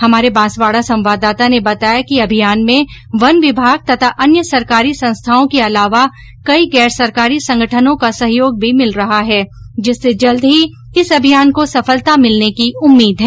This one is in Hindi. हमारे बांसवाडा संवाददाता ने बताया कि अभियान में वन विभाग तथा अन्य सरकारी संस्थाओं के अलावा कई गैरसरकारी संगठनों का सहयोग भी मिल रहा है जिससे जल्दी ही इस अभियान को सफलता मिलने की उम्मीद है